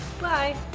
Bye